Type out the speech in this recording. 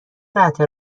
قطع